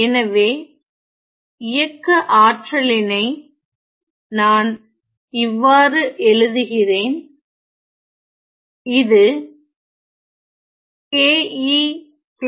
எனவே இயக்க ஆற்றலினை நான் இவ்வாறு எழுதுகிறேன் இது K